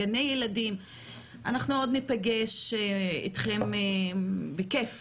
גני ילדים אנחנו עוד נפגש אתכם בכיף